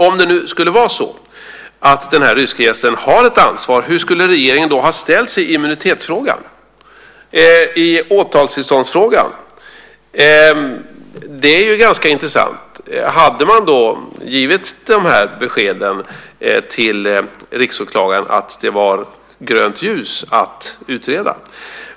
Om det skulle vara så att den ryske gästen har ett ansvar, hur skulle regeringen då ha ställt sig i immunitetsfrågan, i åtalstillståndsfrågan? Det är ganska intressant. Hade man då givit beskedet till riksåklagaren att det var grönt ljus att utreda?